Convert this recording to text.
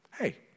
Hey